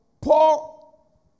Paul